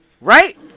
Right